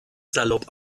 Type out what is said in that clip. salopp